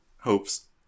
Hopes